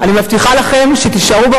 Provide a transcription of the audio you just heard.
התרבות